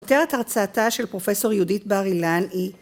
כותרת הרצאתה של פרופסור יהודית בר אילן היא